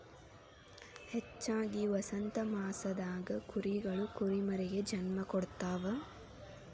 ಹೆಚ್ಚಾಗಿ ವಸಂತಮಾಸದಾಗ ಕುರಿಗಳು ಕುರಿಮರಿಗೆ ಜನ್ಮ ಕೊಡ್ತಾವ